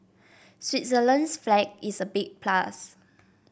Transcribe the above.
Switzerland's flag is a big plus